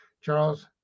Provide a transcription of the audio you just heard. Charles